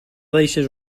deixes